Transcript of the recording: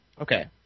Okay